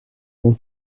ont